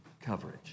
coverage